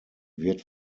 wird